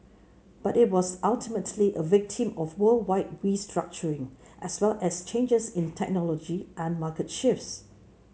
but it was ultimately a victim of worldwide restructuring as well as changes in technology and market shifts